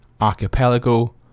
Archipelago